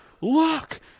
look